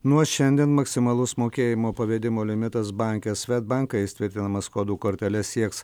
nuo šiandien maksimalus mokėjimo pavedimo limitas banke svedbank kai jis tvirtinamas kodų kortele sieks